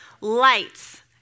lights